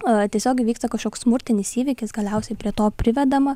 a tiesiog įvyksta kažkoks smurtinis įvykis galiausiai prie to privedama